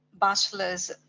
bachelor's